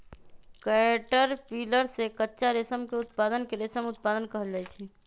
caterpillar से कच्चा रेशम के उत्पादन के रेशम उत्पादन कहल जाई छई